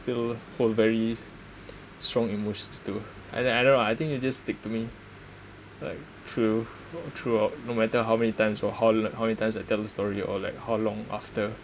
feel feel very strong emotions to I think it just stick to me like true throughout no matter how many times or how l~ how many times I tell the story or like how long after